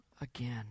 again